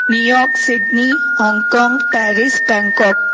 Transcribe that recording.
New York Sydney Hong Kong Paris Bangkok